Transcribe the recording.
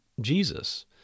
Jesus